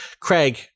Craig